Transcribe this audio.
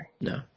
no